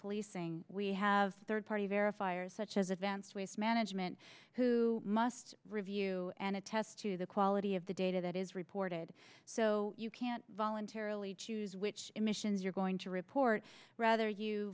policing we have third party verifiers such as advanced waste management who must review and attest to the quality of the data that is reported so you can't voluntarily choose which emissions you're going to report rather you